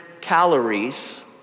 calories